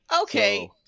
Okay